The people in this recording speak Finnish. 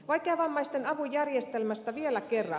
vaikeavammaisten avun järjestelmästä vielä kerran